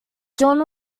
john